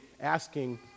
asking